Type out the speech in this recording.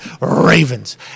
Ravens